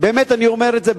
ואני אומר את זה,